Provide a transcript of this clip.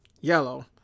yellow